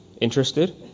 interested